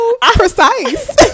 precise